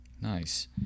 Nice